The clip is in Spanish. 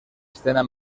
escena